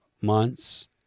months